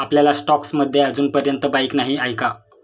आपल्या स्टॉक्स मध्ये अजूनपर्यंत बाईक नाही आहे का?